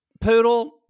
Poodle